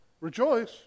Rejoice